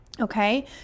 okay